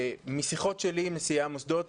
משיחות שלי עם נשיאי המוסדות,